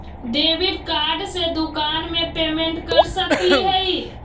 Debit card से दुकान में पेमेंट कर सकली हई?